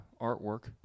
artwork